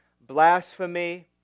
blasphemy